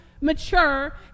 mature